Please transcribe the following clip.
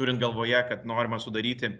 turint galvoje kad norima sudaryti